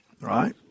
right